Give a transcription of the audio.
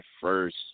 first